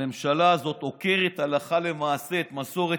הממשלה הזאת עוקרת הלכה למעשה את מסורת